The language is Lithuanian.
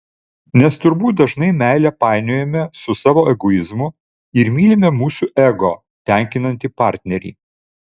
nes turbūt dažnai meilę painiojame su savo egoizmu ir mylime mūsų ego tenkinantį partnerį